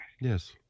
Yes